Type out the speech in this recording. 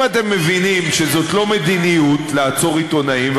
אם אתם מבינים שזאת לא מדיניות לעצור עיתונאים,